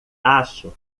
acho